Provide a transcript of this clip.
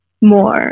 more